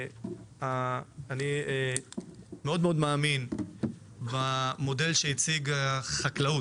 אני מאוד מאמין במודל שהציג משרד החקלאות,